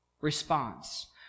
response